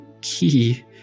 key